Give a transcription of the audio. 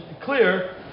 clear